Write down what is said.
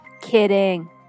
Kidding